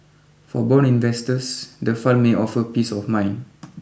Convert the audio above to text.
for bond investors the fund may offer peace of mind